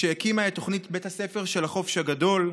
כשהקימה את תוכנית בית הספר של החופש הגדול.